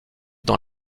dans